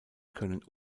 können